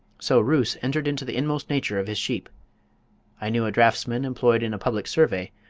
so roos entered into the inmost nature of his sheep i knew a draughtsman employed in a public survey,